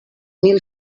mil